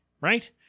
right